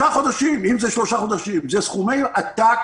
אם זה שלושה חודשים זה סכומי עתק.